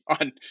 on